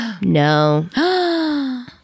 No